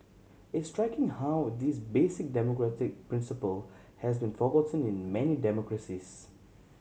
it's striking how this basic democratic principle has been forgotten in many democracies